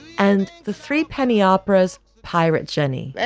and the three penny operas, pirate jenny